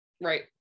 Right